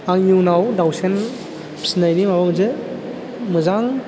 आं इयुनाव दावसेन फिनायनि माबा मोनसे मोजां